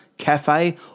cafe